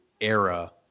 era